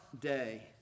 day